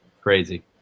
Crazy